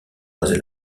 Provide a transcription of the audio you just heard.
rasé